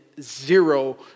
zero